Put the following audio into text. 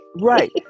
Right